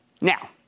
Now